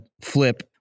flip